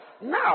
Now